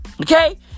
Okay